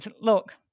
look